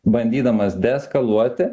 bandydamas deeskaluoti